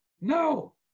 No